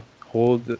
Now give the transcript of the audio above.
hold